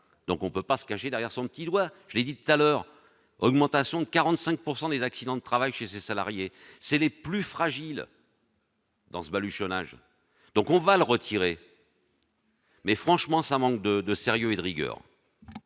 donc on peut pas se cacher derrière son petit doigt, j'ai dit à leur augmentation de 45 pourcent des accidents de travail chez ses salariés, c'est les plus fragiles. Dans ce baluchonnage donc on va le retirer mais franchement ça manque de de sérieux et de rigueur.